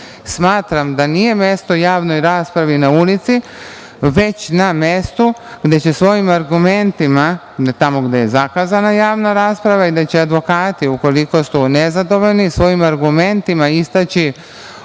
komore. Smatram da nije mesto javnoj raspravi na ulici, već na mestu gde će svojim argumentima, tamo gde je zakazana javna rasprava i gde će advokati ukoliko su nezadovoljni svojim argumentima istaći ono